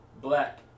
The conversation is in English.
black